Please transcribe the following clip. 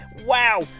Wow